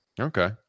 Okay